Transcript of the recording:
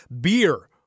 beer